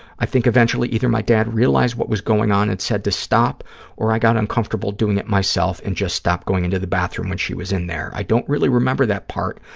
i think eventually either my dad realized what was going on and said to stop or i got uncomfortable doing it myself and just stopped going into the bathroom when she was in there. i don't really remember that part,